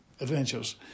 adventures